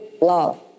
love